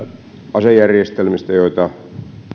asejärjestelmistä joita